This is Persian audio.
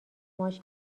ماچ